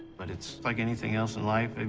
but it's like anything else in life. and